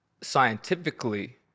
scientifically